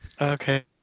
Okay